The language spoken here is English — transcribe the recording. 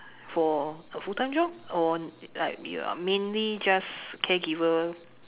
for a full time job or like you're mainly just like caregiver